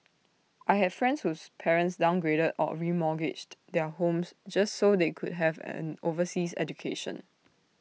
I had friends whose parents downgraded or remortgaged their homes just so they could have an overseas education